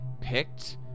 picked